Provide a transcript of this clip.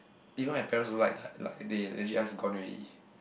even my parents also like that like they legit us gone already